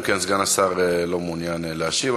אם כן, סגן השר לא מעוניין להשיב,